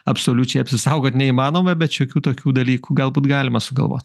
absoliučiai apsisaugot neįmanoma bet šiokių tokių dalykų galbūt galima sugalvot